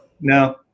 No